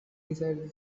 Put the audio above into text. decided